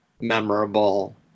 memorable